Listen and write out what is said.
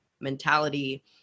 mentality